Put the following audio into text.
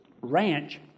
ranch